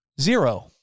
zero